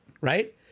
Right